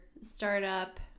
startup